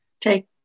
take